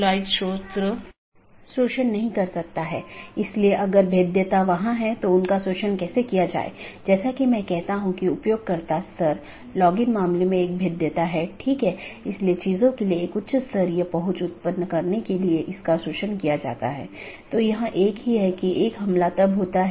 autonomous system के अंदर OSPF और RIP नामक प्रोटोकॉल होते हैं क्योंकि प्रत्येक ऑटॉनमस सिस्टम को एक एडमिनिस्ट्रेटर कंट्रोल करता है इसलिए यह प्रोटोकॉल चुनने के लिए स्वतंत्र होता है कि कौन सा प्रोटोकॉल उपयोग करना है